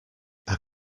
are